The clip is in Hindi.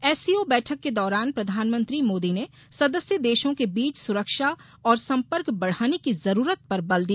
एससीओ बैठक के दौरान प्रधानमंत्री मोदी ने सदस्य देशों के बीच सुरक्षा और संपर्क बढ़ाने की जरूरत पर बल दिया